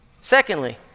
Secondly